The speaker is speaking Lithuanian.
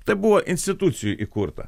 tai buvo institucijų įkurta